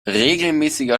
regelmäßiger